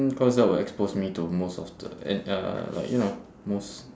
mm cause that will expose me to most of the and uh like you know most